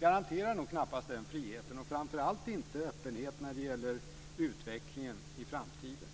garanterar knappast den friheten, och framför allt inte öppenheten när det gäller utvecklingen i framtiden.